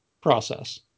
process